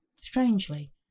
Strangely